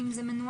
אם זה מנוהל